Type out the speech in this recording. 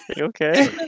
Okay